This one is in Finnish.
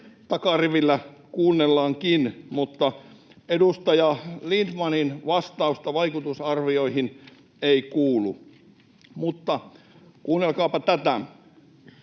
takarivillä kuunnellaankin, mutta edustaja Lindtmanin vastausta vaikutusarvioihin ei kuulu. Mutta kuunnelkaapa tätä: